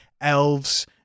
elves